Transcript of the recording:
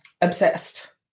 obsessed